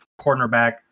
cornerback